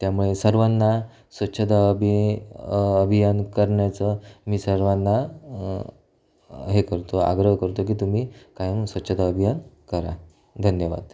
त्यामुळे सर्वांना स्वच्छता अभि अभियान करण्याचं मी सर्वांना हे करतो आग्रह करतो की तुम्ही कायम स्वच्छता अभियान करा धन्यवाद